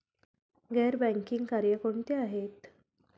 गैर बँकिंग कार्य कोणती आहेत?